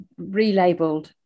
relabeled